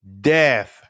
Death